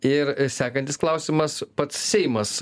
ir sekantis klausimas pats seimas